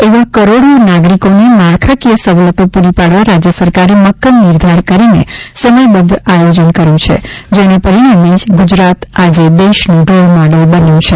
એવા કરોડો નાગરિકોને માળખાકીય સવલતો પૂરી પાડવા રાજ્ય સરકારે મક્કમ નિર્ધાર કરીને સમયબદ્ધ આયોજન કર્યું છે જેના પરિણામે જ ગુજરાત આજે દેશનું રોલ મોડલ બન્યું છે